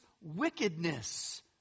wickedness